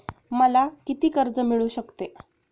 मला किती कर्ज मिळू शकते?